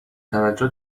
توجه